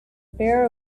pair